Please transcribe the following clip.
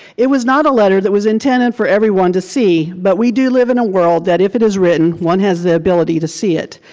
it was not a letter that was intended for everyone to see, but we do live in a world that if it is written, one has the ability to see it.